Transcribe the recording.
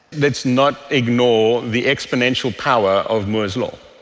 let's not ignore the exponential power of moore's law.